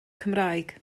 cymraeg